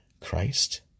Christ